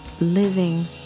living